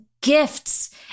gifts